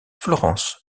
florence